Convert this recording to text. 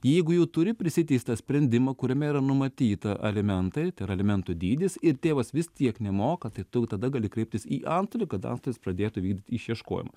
jeigu jau turi prisiteistą sprendimą kuriame yra numatyta alimentai tai yra alimentų dydis ir tėvas vis tiek nemoka tai tu tada gali kreiptis į antstolį kad antstolis pradėtų vykdyt išieškojimą